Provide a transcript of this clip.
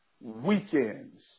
weekends